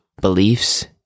beliefs